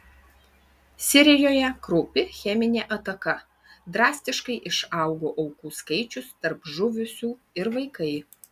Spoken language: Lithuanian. sirijoje kraupi cheminė ataka drastiškai išaugo aukų skaičius tarp žuvusių ir vaikai